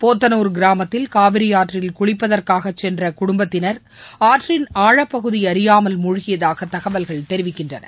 போத்தலுர் கிராமத்தில் காவிரியாற்றில் குளிப்பதற்காக சென்ற குடும்பத்தினர் ஆற்றின் ஆழப்பகுதி அறியாமல் மூழ்கியதாக தகவல்கள் தெரிவிக்கின்றன